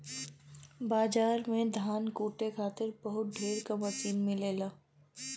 बाजार में धान कूटे खातिर बहुत ढेर क मसीन मिलेला